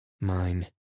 Mine